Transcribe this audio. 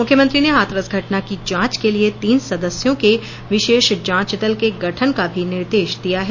मुख्यमंत्री ने हाथरस घटना की जांच के लिए तीन सदस्यों के विशेष जांच दल के गठन का भी निर्देश दिया है